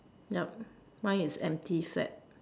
yup mine is empty set